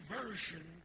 version